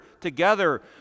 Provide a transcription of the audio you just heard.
together